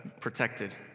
protected